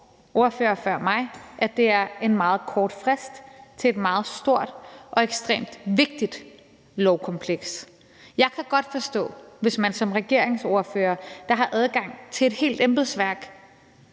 ordførere før mig, at det er en meget kort frist. Det er et meget stort og ekstremt vigtigt lovkompleks. Jeg kan godt forstå det, hvis man som regeringsordfører, der har adgang til et helt embedsværk,